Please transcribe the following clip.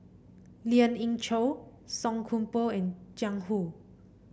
Lien Ying Chow Song Koon Poh and Jiang Hu